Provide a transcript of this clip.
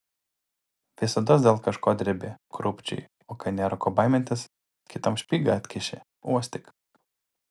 visados dėl kažko drebi krūpčioji o kai nėra ko baimintis kitam špygą atkiši uostyk